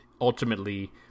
ultimately